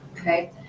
Okay